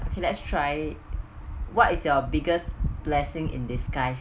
okay let's try what is your biggest blessing in disguise